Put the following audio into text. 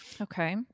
Okay